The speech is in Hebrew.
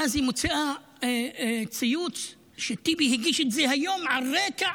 ואז היא מוציאה ציוץ שטיבי הגיש את זה היום על רקע